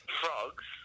frogs